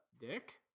Dick